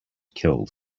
killed